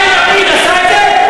יאיר לפיד עשה את זה?